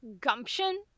gumption